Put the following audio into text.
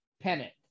pennant